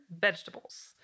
vegetables